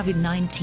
COVID-19